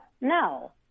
No